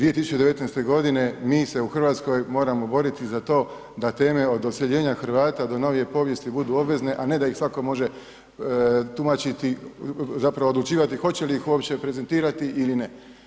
2019. mi se u Hrvatskoj moramo boriti za to da teme od doseljenja Hrvata do novije povijesti budu obvezne, a ne da ih svatko može tumačiti, zapravo odlučivati hoće li ih uopće prezentirati ili ne.